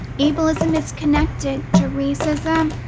ableism is connected to racism,